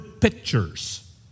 pictures